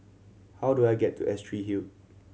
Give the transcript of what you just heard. how do I get to Astrid Hill